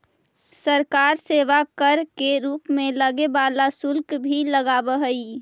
सरकार सेवा कर के रूप में लगे वाला शुल्क भी लगावऽ हई